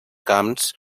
camps